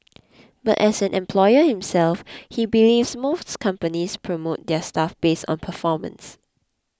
but as an employer himself he believes most companies promote their staff based on performance